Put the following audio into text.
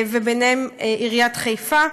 ובהם עיריית חיפה,